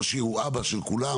ראש עיר הוא אבא של כולם,